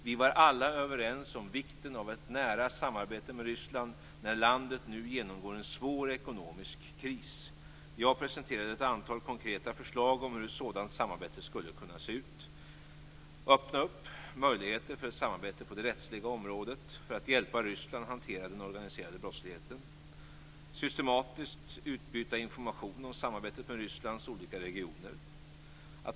Vi var alla överens om vikten av ett nära samarbete med Ryssland när landet nu genomgår en svår ekonomisk kris. Jag presenterade ett antal konkreta förslag om hur ett sådant samarbete skulle kunna se ut: · Öppna upp möjligheter för ett samarbete på det rättsliga området för att hjälpa Ryssland hantera den organiserade brottsligheten. · Systematiskt utbyta information om samarbetet med Rysslands olika regioner.